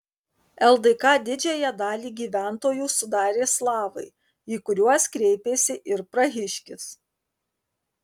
ldk didžiąją dalį gyventojų sudarė slavai į kuriuos kreipėsi ir prahiškis